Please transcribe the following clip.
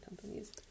companies